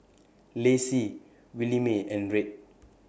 Lacey Williemae and Red